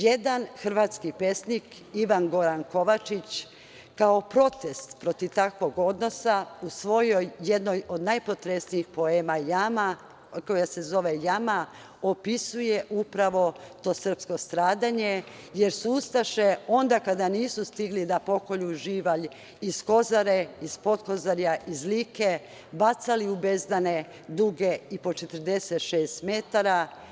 Jedan hrvatski pesnik, Ivan Goran Kovačić, kao protest protiv takvog odnosa u svojoj jednoj od najpotresnijih poema, koja se zove „Jama“, opisuje upravo to srpsko stradanje, jer su ustaše onda kada nisu stigli da pokolju živalj iz Kozare, iz Potkozarja iz Like, bacali u bezdane duge i po 46 metara.